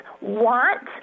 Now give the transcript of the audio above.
want